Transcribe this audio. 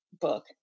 book